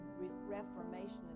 Reformation